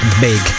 big